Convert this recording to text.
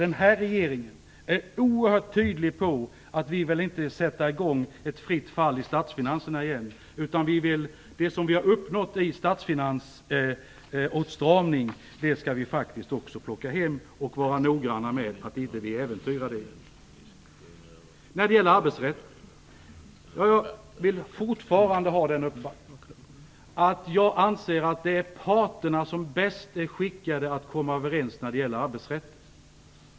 Denna regering vill oerhört tydligt visa att den inte vill sätta i gång ett fritt fall i statsfinanserna igen. Det som vi har uppnått i statsfinansåtstramning skall faktiskt också plockas hem. Vi måste vara noggranna med att inte äventyra detta. Jag har fortfarande uppfattningen att parterna är de som är bäst skickade att komma överens när det gäller arbetsrätten.